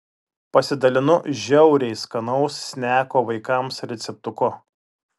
pasidalinu žiauriai skanaus sneko vaikams receptuku